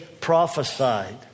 prophesied